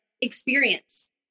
experience